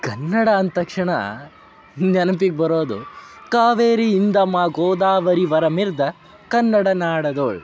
ಕನ್ನಡ ಅಂದ ತಕ್ಷಣ ನೆನ್ಪಿಗೆ ಬರೋದು ಕಾವೇರಿಯಿಂದ ಮಾ ಗೋದಾವರಿ ವರಮೆಲ್ದ ಕನ್ನಡ ನಾಡದೊಳು